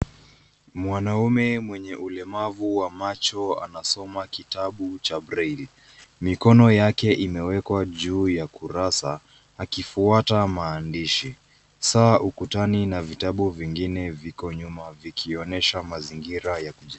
Mwanamume mwenye ulemavu wa macho anasoma kitabu cha braille . Mikono yake imewekwa juu ya kurasa akifuata maandishi. Saa ukutani na vitabu vingine viko nyuma vikionyesha mazingira ya kujifunza.